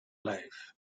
life